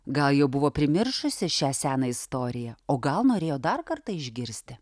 gal jau buvo primiršusi šią seną istoriją o gal norėjo dar kartą išgirsti